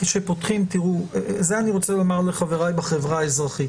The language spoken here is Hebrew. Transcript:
אני רוצה לומר לחבריי בחברה האזרחית